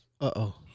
Uh-oh